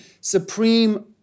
supreme